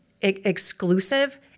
exclusive